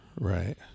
Right